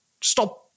stop